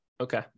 okay